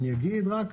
אני אגיד רק,